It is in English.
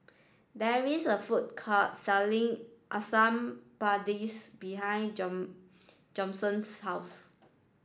there is a food court selling Asam Pedas behind Jameson's house